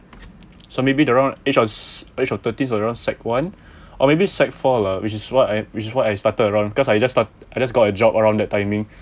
so maybe around age of age of thirteen around sec one or maybe sec four lah which is what I which is what I started around cause I just start I just got a job around that timing